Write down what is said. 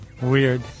Weird